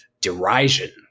derision